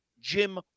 Jim